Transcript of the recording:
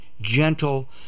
gentle